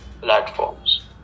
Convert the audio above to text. platforms